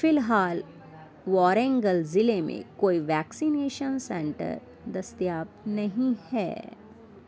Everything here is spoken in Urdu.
فی الحال وارنگل ضلع میں کوئی ویکسینیشن سنٹر دستیاب نہیں ہے